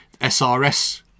SRS